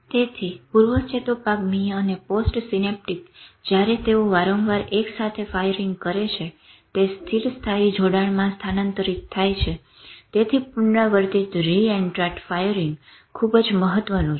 તેથી પૂર્વ ચેતોપાગમીય અને પોસ્ટસિનેપ્ટીક જયારે તેઓ વાંરવાર એકસાથે ફાયરીંગ કરે છે તે સ્થિર સ્થાયી જોડાણમાં સ્થાનાંતરિત થાય છે તેથી પુનરાવર્તીત રીએનટ્રાન્ટ ફાયરીંગ ખુબ જ મહત્વનું છે